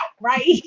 right